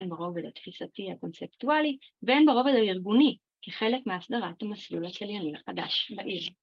‫הן ברובד התפיסתי הקונספטואלי, ‫והן ברובד הארגוני, ‫כחלק מההסדרת ‫המסלול הצלילי החדש בעיר.